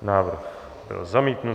Návrh byl zamítnut.